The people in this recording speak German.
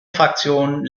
fraktion